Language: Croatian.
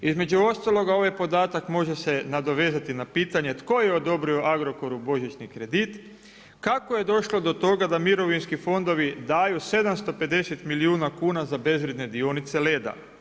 Između ostalog, ovaj podatak može se nadovezati na pitanje tko je odobrio Agrokoru božićni kredit, kako je došlo do toga da mirovinski fondovi daju 750 milijuna kuna za bezvrijedne dionice Leda?